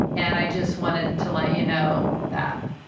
and i just wanted to let you know that.